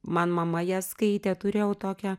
man mama ją skaitė turėjau tokią